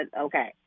okay